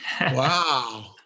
Wow